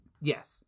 Yes